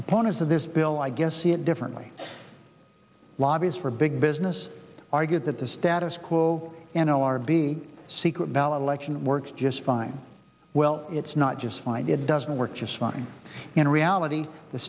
opponents of this bill i guess see it differently lobbies for big business argued that the status quo and big secret ballot election works just fine well it's not just find it doesn't work just fine in reality the